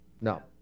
No